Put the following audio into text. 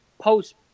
post